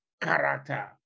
character